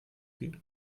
geht